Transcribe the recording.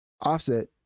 offset